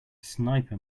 sniper